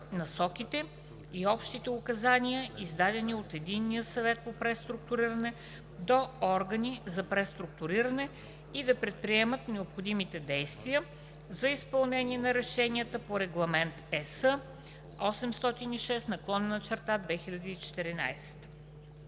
насоките и общите указания, издадени от Единния съвет по преструктуриране до органи за преструктуриране, и да предприемат необходимите действия за изпълнение на решенията по Регламент (ЕС) № 806/2014.